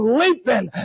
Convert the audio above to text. leaping